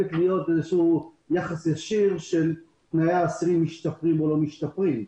להיות יחס ישיר שתנאי האסירים משתפרים או לא משתפרים.